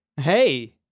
Hey